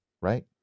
right